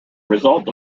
result